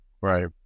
right